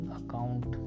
account